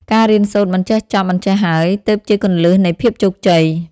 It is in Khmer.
ការរៀនសូត្រមិនចេះចប់មិនចេះហើយ ទើបជាគន្លឹះនៃភាពជោគជ័យ។